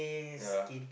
ya